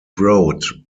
wrote